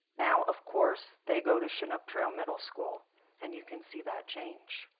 now of course, they go to chinook trail middle school and you can see that change.